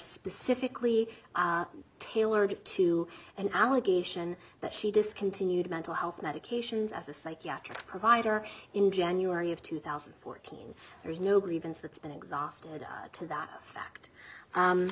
specifically tailored to an allegation that she discontinued mental health medications as a psychiatric provider in january of two thousand and fourteen there's no grievance that's been exhausted to that fact